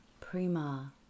Prima